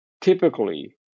typically